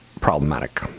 problematic